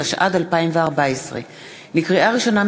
התשע"ד 2014. לקריאה ראשונה,